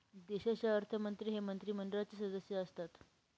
देशाचे अर्थमंत्री हे मंत्रिमंडळाचे सदस्य असतात